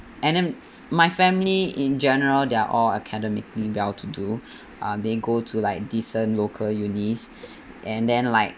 and then my family in general they are all academically well-to-do uh they go to like decent local unis and then like